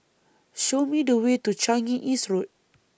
Show Me The Way to Changi East Road